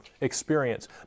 experience